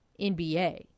NBA